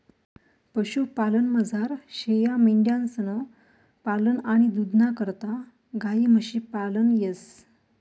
पशुपालनमझार शेयामेंढ्यांसनं पालन आणि दूधना करता गायी म्हशी पालन येस